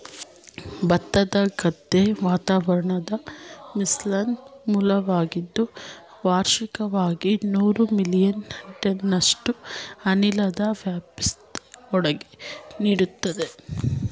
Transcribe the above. ಭತ್ತದ ಗದ್ದೆ ವಾತಾವರಣದ ಮೀಥೇನ್ನ ಮೂಲವಾಗಿದ್ದು ವಾರ್ಷಿಕವಾಗಿ ನೂರು ಮಿಲಿಯನ್ ಟನ್ನಷ್ಟು ಅನಿಲದ ವ್ಯಾಪ್ತಿಲಿ ಕೊಡುಗೆ ನೀಡ್ತದೆ